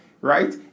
Right